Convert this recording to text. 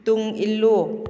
ꯇꯨꯡ ꯏꯜꯂꯨ